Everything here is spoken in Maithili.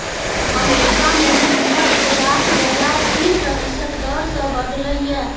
अमेरिका मे टिंबर उपजाक बजार तीन प्रतिशत दर सँ बढ़लै यै